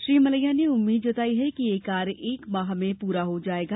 श्री मलैया ने उम्मीद जताई है ये कार्य एक माह में पूरा हो जायेगा